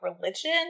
religion